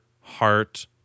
heart